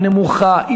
היא נמוכה,